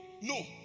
No